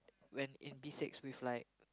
when in P-six with like